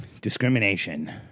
Discrimination